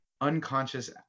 unconscious